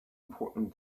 important